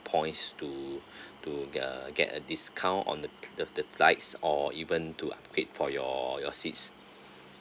points to to g~ get a discount on the the the flghts or even to upgrade for your your seats